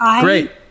Great